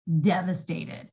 devastated